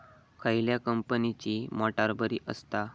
खयल्या कंपनीची मोटार बरी असता?